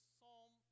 Psalm